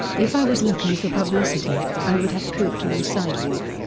if i was looking for publicity, i would have pooped on the sidewalk.